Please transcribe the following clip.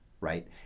right